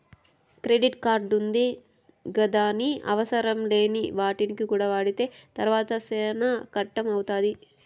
credit కార్డుంది గదాని అవసరంలేని వాటికి కూడా వాడితే తర్వాత సేనా కట్టం అయితాది